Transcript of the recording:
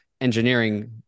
engineering